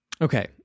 Okay